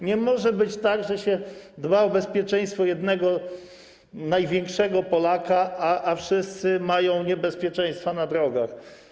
Nie może być tak, że się dba o bezpieczeństwo jednego największego Polaka, a wszyscy mają do czynienia z niebezpieczeństwem na drogach.